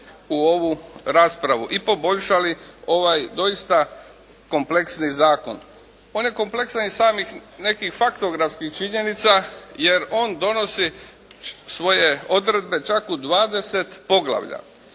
u ovu raspravu i poboljšali ovaj doista kompleksni zakon. On je kompleksan iz samih nekih faktografskih činjenica jer on donosi svoje odredbe čak u dvadeset poglavlja.